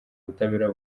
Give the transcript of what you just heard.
ubutabera